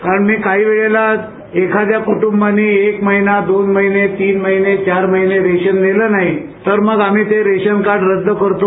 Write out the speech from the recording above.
कारण मी काही वेळेला एखाद्या कुंटूंबानी एक महिना दोन महिना तिन महिने चार महिने रेशन नेलं नाही तर मग आम्ही ते रेशन कार्ड रद्द करतो